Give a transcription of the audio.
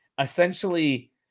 essentially